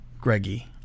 Greggy